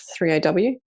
3AW